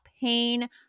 pain